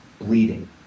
bleeding